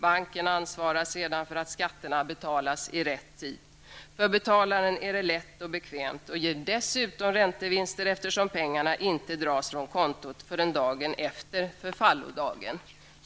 Bankerna ansvarar sedan för att skatterna betalas i rätt tid. För betalaren är det lätt och bekvämt och ger dessutom räntevinster eftersom pengarna inte dras från kontot förrän dagen efter förfallodagen.''